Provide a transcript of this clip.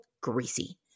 greasy